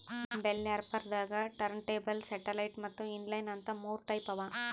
bell wrapper ದಾಗಾ turntable satellite ಮತ್ತ್ inline ಅಂತ್ ಮೂರ್ ಟೈಪ್ ಅವಾ